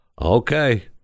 Okay